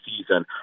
season